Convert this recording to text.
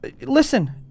Listen